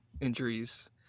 injuries